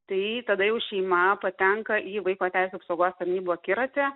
tai tada jau šeima patenka į vaiko teisių apsaugos tarnybų akiratį